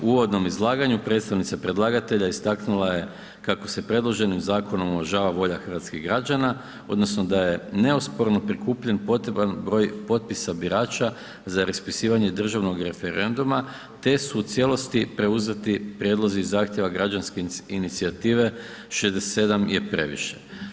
U uvodnom izlaganju predstavnica predlagatelja istaknula je kako se predloženim zakonom uvažava volja hrvatskih građana odnosno da je neosporno prikupljen potreban broj potpisa birača za raspisivanje državnog referenduma te su u cijelosti preuzeti prijedlozi zahtjeva građanske inicijative „67 je previše“